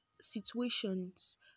situations